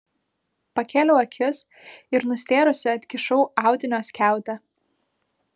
pakėliau akis ir nustėrusi atkišau audinio skiautę